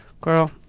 Girl